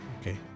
okay